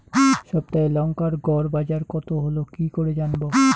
সপ্তাহে লংকার গড় বাজার কতো হলো কীকরে জানবো?